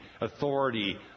authority